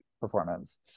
performance